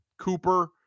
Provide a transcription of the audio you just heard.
Cooper